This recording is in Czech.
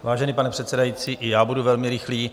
Vážený pane předsedající, i já budu velmi rychlý.